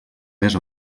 més